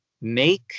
make